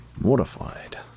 Mortified